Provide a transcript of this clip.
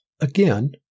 Again